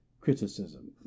criticism